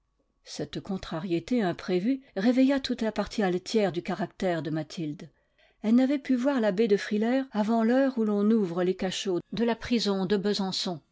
cette contrariété imprévue réveilla toute la partie altière du caractère de mathilde elle n'avait pu voir l'abbé de frilair avant l'heure où l'on ouvre les cachots de la prison de besançon